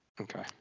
Okay